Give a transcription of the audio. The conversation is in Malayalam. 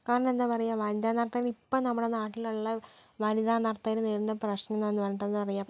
കാരണം എന്താ പറയാ വനിത നർത്തകർ ഇപ്പോൾ നമ്മുടെ നാട്ടിലുള്ള വനിത നർത്തകർ നേരിടുന്ന പ്രശ്നങ്ങളെന്ന് പറഞ്ഞിട്ടുണ്ടെങ്കിൽ എന്താ പറയാ